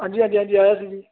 ਹਾਂਜੀ ਹਾਂਜੀ ਆਇਆ ਸੀ ਜੀ